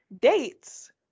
dates